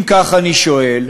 אם כך, אני שואל,